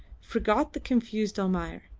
forgot the confused almayer,